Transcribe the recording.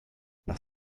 nach